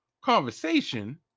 conversation